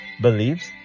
Believes